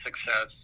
success